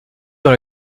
dans